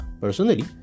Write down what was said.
personally